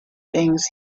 things